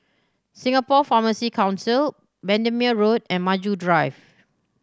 Singapore Pharmacy Council Bendemeer Road and Maju Drive